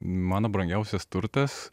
mano brangiausias turtas